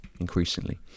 increasingly